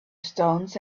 stones